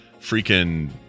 freaking